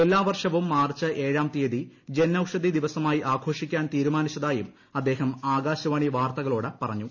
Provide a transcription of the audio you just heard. എല്ലാ വർഷവും മാർച്ച് ഏഴാം തീയതി ജൻ ഔഷധി ദിവസമായി ആഘോഷിക്കാൻ തീരുമാനിച്ചതായും അദ്ദേഹം ആകാശവാണി വാർത്തകളോട് പറഞ്ഞു